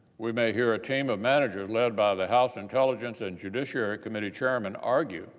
we may hear a team of managers led by the house intelligence and judiciary committee chairman argue